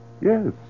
Yes